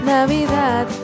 Navidad